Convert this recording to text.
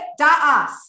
da'as